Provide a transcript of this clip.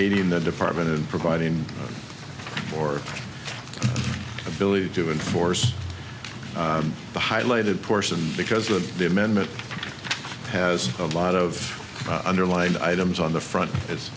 eighty in the department and providing for ability to enforce the highlighted portion because of the amendment has a lot of underlined items on the front